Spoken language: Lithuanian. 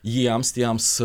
jiems tiems